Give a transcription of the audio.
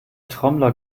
trommler